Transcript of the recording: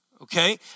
okay